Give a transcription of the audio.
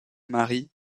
marie